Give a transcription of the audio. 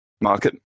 market